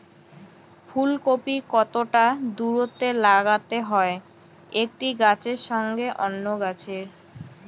ফুলকপি কতটা দূরত্বে লাগাতে হয় একটি গাছের সঙ্গে অন্য গাছের?